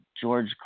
George